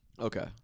okay